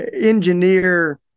engineer